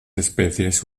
especies